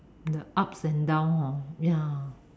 the ups and downs hor ya